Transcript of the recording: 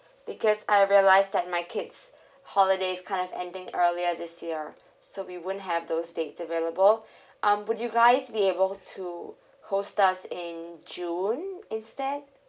because I realized that my kids holiday kind of ending earlier this year so we wouldn't have those dates available um would you guys be able to host us in june instead